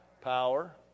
Power